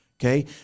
Okay